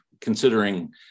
considering